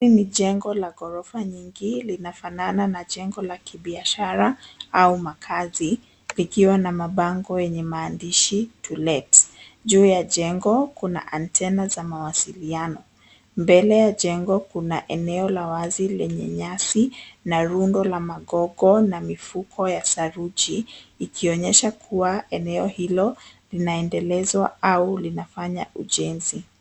Hili ni jengo la ghorofa nyingi linafanana na jengo la kibiashara au makazi likiwa na mabango yenye maandishi to let . Juu ya jengo kuna antena za mawasiliano. Mbele ya jengo kuna eneo la wazi lenye nyasi na rundo la magogo na mifuko ya saruji ikionyesha kuwa eneo hilo linaendelezwa au linafanya ujenzi.